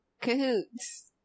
Cahoots